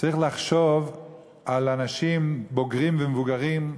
צריך לחשוב על אנשים בוגרים ומבוגרים,